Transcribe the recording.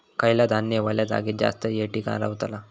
खयला धान्य वल्या जागेत जास्त येळ टिकान रवतला?